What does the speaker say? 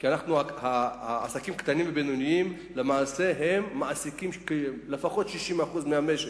כי עסקים קטנים ובינוניים למעשה מעסיקים לפחות 60% מהמשק.